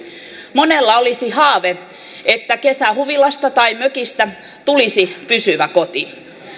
monella olisi haave että kesähuvilasta tai mökistä tulisi pysyvä koti